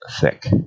thick